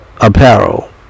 apparel